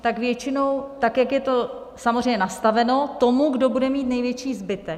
Tak většinou, tak jak je to samozřejmě nastaveno, tomu, kdo bude mít největší zbytek.